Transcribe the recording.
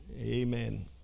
Amen